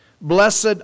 Blessed